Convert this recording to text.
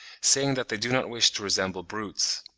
saying that they do not wish to resemble brutes.